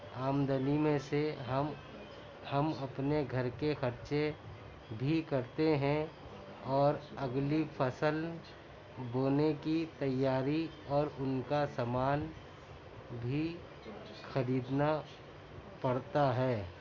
آمدنی میں سے ہم ہم اپنے گھر کے خرچے بھی کرتے ہیں اور اگلی فصل بونے کی تیاری اور ان کا سامان بھی خریدنا پڑتا ہے